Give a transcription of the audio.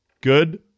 Good